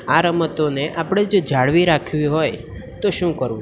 આ રમતોને આપણે જો જાળવી રાખવી હોય તો શું કરવું